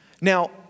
Now